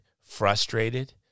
frustrated